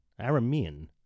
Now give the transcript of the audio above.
Aramean